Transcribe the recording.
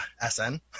S-N